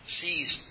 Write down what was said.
sees